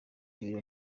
ibiro